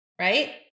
right